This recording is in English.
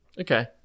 Okay